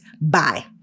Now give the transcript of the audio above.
Bye